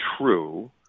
true